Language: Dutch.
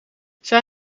zij